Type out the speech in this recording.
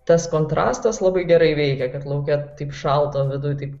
tas kontrastas labai gerai veikia kad lauke taip šalta viduj taip